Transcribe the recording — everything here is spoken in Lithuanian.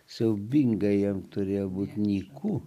siaubingai jam turėjo būt nyku